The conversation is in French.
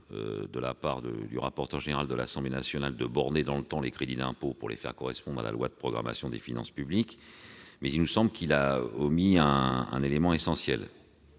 de la part du rapporteur général de l'Assemblée nationale de limiter dans le temps les crédits d'impôt pour les faire correspondre à la loi de programmation des finances publiques, mais il nous semble qu'il a omis un élément essentiel